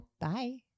Bye